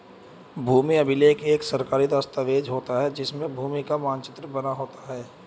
भूमि अभिलेख एक सरकारी दस्तावेज होता है जिसमें भूमि का मानचित्र बना होता है